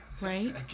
right